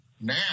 now